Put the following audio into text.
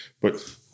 But-